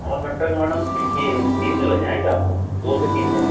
Amarkantak madam यह तीन दिन लग जाएँगे आपको दो से तीन दिन